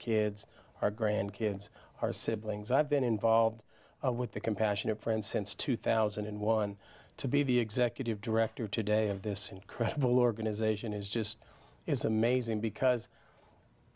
kids or grandkids are siblings i've been involved with the compassionate friends since two thousand and one to be the executive director today of this incredible organization is just is amazing because